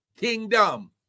kingdom